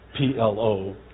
PLO